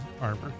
armor